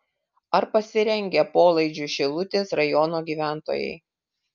ar pasirengę polaidžiui šilutės rajono gyventojai